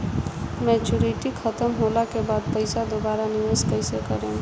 Maturity खतम होला के बाद पईसा दोबारा निवेश कइसे करेम?